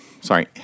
Sorry